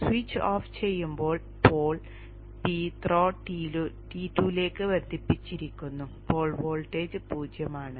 switch off ചെയ്യുമ്പോൾ pole P throw T2 ലേക്ക് ബന്ധിപ്പിച്ചിരിക്കുന്നു പോൾ വോൾട്ടേജ് 0 ആണ്